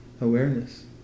awareness